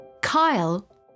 Kyle